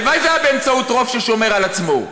הלוואי שזה היה באמצעות רוב ששומר על עצמו,